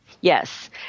Yes